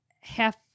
half